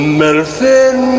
medicine